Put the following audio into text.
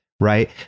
right